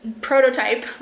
prototype